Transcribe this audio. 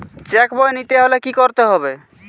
Check বই নিতে হলে কি করতে হবে?